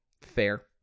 Fair